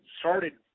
started